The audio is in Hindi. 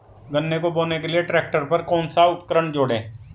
गन्ने को बोने के लिये ट्रैक्टर पर कौन सा उपकरण जोड़ें?